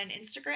Instagram